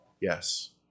Yes